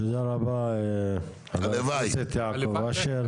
תודה רבה חבר הכנסת יעקב אשר.